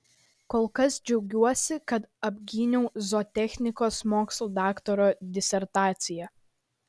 kol kas džiaugiuosi kad apgyniau zootechnikos mokslų daktaro disertaciją